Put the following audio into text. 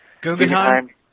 Guggenheim